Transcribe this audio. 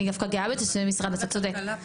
אני דווקא גאה בזה שזה משרד, אתה צוק.